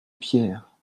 pierre